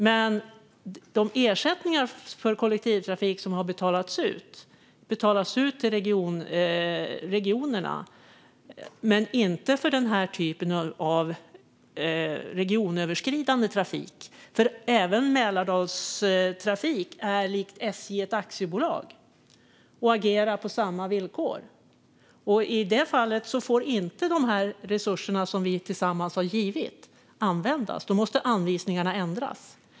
Men de ersättningar för kollektivtrafik som har betalats ut har betalats ut till regionerna, men inte för denna typ av regionöverskridande trafik. Även Mälardalstrafik är likt SJ ett aktiebolag och agerar på samma villkor. I det fallet får inte de resurser som vi tillsammans har gett användas. Då måste anvisningarna ändras.